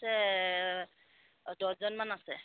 আমাৰ মানুহ আছে দহজনমান আছে